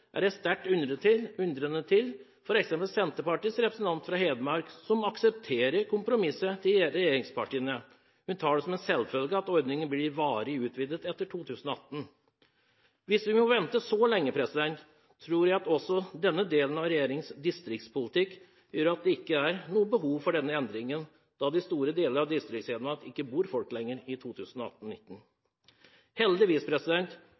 er jeg sterkt undrende til Senterpartiets representant fra Hedmark, som aksepterer kompromisset til regjeringspartiene. Hun tar det som en selvfølge at ordningen blir varig utvidet etter 2018. Hvis vi må vente så lenge, tror jeg at denne delen av regjeringens distriktspolitikk vil gjøre at det ikke vil være noe behov for denne endringen, da det i store deler av Distrikts-Hedmark – i 2018–2019 – ikke lenger kommer til å bo folk.